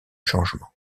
changement